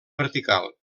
vertical